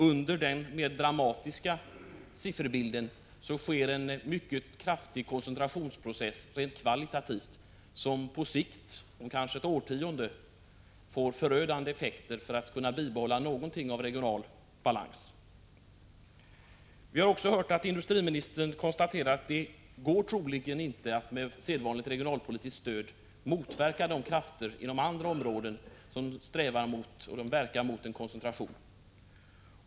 Bakom den mer dramatiska sifferbilden finns en mycket kraftig koncentrationsprocess rent kvalitativt, som på lång sikt — om kanske ett årtionde — får förödande effekter på den regionala balansen. 87 Vi har hört industriministern konstatera att det troligen inte går att med sedvanligt regionalpolitiskt stöd motverka de krafter på andra områden som verkar mot en koncentration.